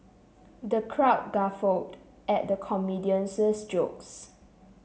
the crowd guffawed at the comedian's jokes